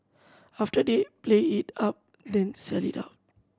after they play it up then sell it out